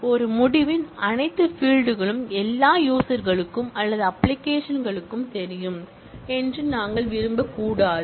எனவே ஒரு முடிவின் அனைத்து ஃபீல்ட் களும் எல்லா யூசர் களுக்கும் அல்லது அப்ளிகேஷன் களுக்கும் தெரியும் என்று நாங்கள் விரும்பக்கூடாது